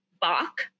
Bach